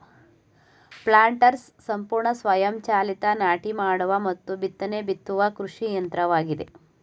planters ಸಂಪೂರ್ಣ ಸ್ವಯಂ ಚಾಲಿತ ನಾಟಿ ಮಾಡುವ ಮತ್ತು ಬಿತ್ತನೆ ಬಿತ್ತುವ ಕೃಷಿ ಯಂತ್ರವಾಗಿದೆ